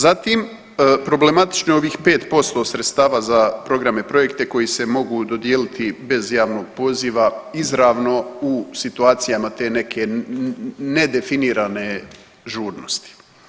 Zatim, problematično je ovih 5% sredstava za programe i projekte koji se mogu dodijeliti bez javnog poziva izravno u situacijama te neke nedefinirane žurnosti.